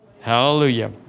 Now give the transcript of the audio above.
Hallelujah